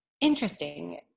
interesting